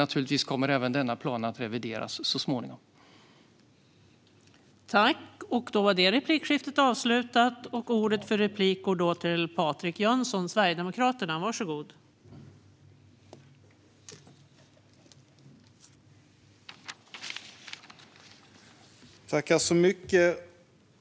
Naturligtvis kommer även denna plan att så småningom revideras.